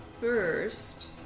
first